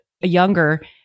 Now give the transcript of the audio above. younger